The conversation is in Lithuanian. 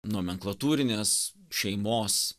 nomenklatūrinės šeimos